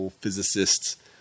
physicists